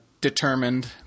determined